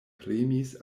premis